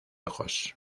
ojos